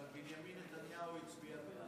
אבל בנימין נתניהו הצביע בעד,